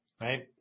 right